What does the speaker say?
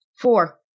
Four